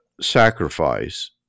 sacrifice